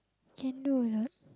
can do or not